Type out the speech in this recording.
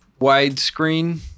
widescreen